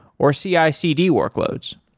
or cicd workloads.